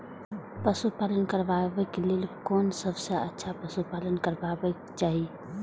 पशु पालन करबाक लेल कोन सबसँ अच्छा पशु पालन करबाक चाही?